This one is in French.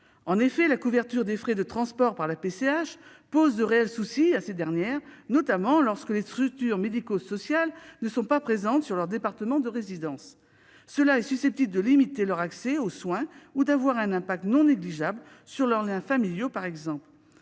En effet, la couverture des frais de transport par la PCH pose de réels problèmes aux intéressés, notamment lorsque les structures médico-sociales ne sont pas présentes dans leur département de résidence. Cette situation est susceptible de limiter leur accès aux soins ou d'avoir une incidence non négligeable sur leurs liens familiaux, par exemple.